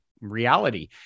reality